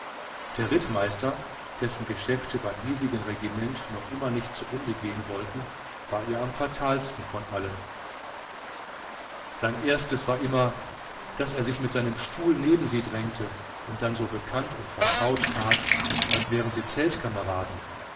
der rittmeister dessen geschäfte beim hiesigen regiment noch immer nicht zu ende gehen wollten war ihr am fatalsten von allen sein erstes war immer daß er sich mit seinem stuhl neben sie drängte und dann so bekannt und vertraut tat als wären sie